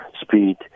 speed